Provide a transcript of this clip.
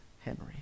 Henry